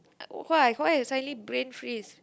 why why you suddenly brain freeze